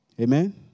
Amen